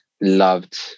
Loved